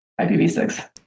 IPv6